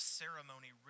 ceremony